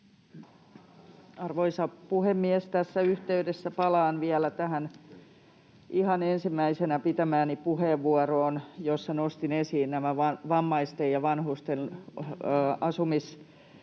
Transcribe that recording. Arvoisa puhemies! Tässä yhteydessä palaan vielä tähän ihan ensimmäisenä pitämääni puheenvuoroon, jossa nostin esiin nämä vammaisten ja vanhusten asumispalvelu-